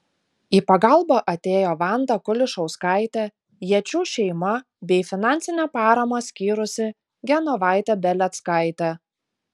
į pagalbą atėjo vanda kulišauskaitė jėčių šeima bei finansinę paramą skyrusi genovaitė beleckaitė